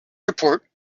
airport